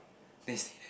then he stay there